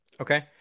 Okay